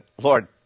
Lord